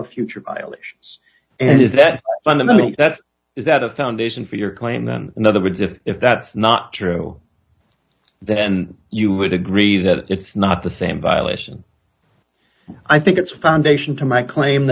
of future violations and is that fundamentally that is that a foundation for your claim then in other words if if that's not true then you would agree that it's not the same violation i think it's foundation to my claim